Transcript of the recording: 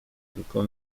tylko